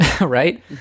right